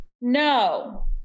No